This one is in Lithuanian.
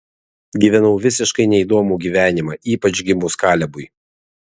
gyvenau visiškai neįdomų gyvenimą ypač gimus kalebui